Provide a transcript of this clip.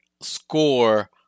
score